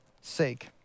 sake